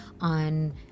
on